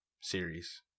series